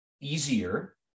easier